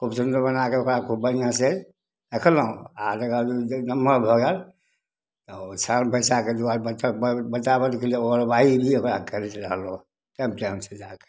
खूब सुन्दर बनाके ओकरा खूब बढ़िआँसे रखलहुँ आओर तकर बाद ओ नमहर भऽ गेल तऽ ओछौन बैसाके दुआरिपर बचाबैके लिए ओगरबाही के लिए भी ओकरा करैत रहलहुँ टाइम टाइम से जाके